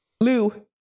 Lou